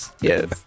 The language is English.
Yes